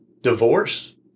divorce